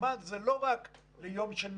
ממ"ד זה לא רק ליום של מלחמה.